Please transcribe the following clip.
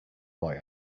boy